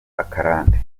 akarande